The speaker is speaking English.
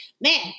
man